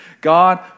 God